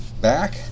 back